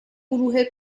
گروه